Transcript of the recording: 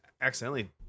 accidentally